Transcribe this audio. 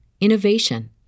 innovation